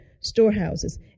storehouses